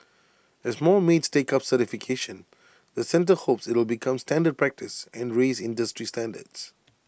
as more maids take up certification the centre hopes IT will become standard practice and raise industry standards